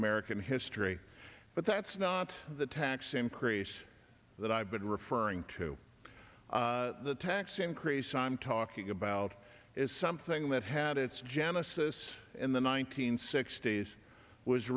american history but that's not the tax increase that i've been referring to the tax increase i'm talking about is something that had its genesis in the one nine hundred sixty s was